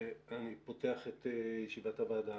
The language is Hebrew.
אני פותח את ישיבת הוועדה.